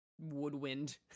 woodwind